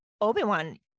Obi-Wan